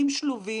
איתן חברי,